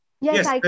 Yes